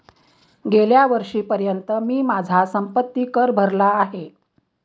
गेल्या वर्षीपर्यंत मी माझा संपत्ति कर भरला आहे